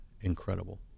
incredible